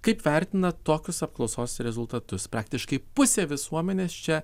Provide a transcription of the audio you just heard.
kaip vertinat tokius apklausos rezultatus praktiškai pusė visuomenės čia